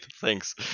thanks